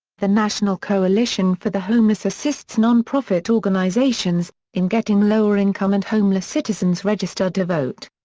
the national coalition for the homeless assists nonprofit organizations, in getting lower income and homeless citizens registered to vote.